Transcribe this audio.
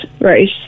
right